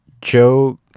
Joe